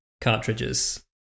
cartridges